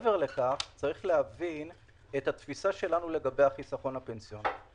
צריך להבין את התפיסה שלנו לגבי החיסכון הפנסיוני.